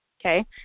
okay